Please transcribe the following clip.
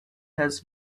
has